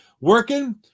working